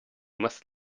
must